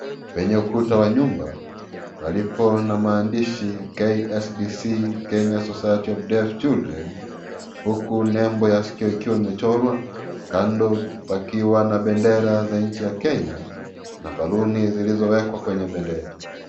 Kwenye ukuta wa nyumba palipo na maandishi KSDC kenye society of deaf children Huku nembo yake ikiwa imechorwa kando pakiwa na bendera za nchi ya kenya na baluni zilizo wekwa kwenye bendera.